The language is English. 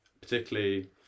particularly